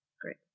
Great